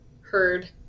heard